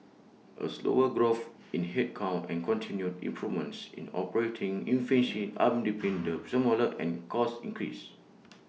A slower growth in headcount and continued improvements in operating efficiency underpinned the smaller and cost increase